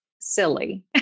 Silly